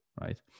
right